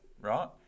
right